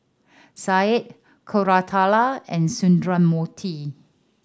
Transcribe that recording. Satya Koratala and Sundramoorthy